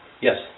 Yes